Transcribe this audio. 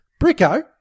Bricko